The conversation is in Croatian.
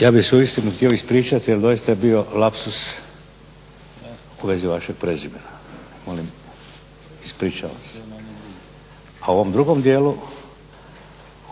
Ja bih se uistinu htio ispričati jer doista je bio lapsus u vezi vašeg prezimena. Molim ispričavam se, a o